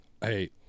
Hey